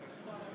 היא מציאות לא